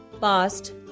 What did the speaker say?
past